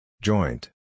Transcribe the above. Joint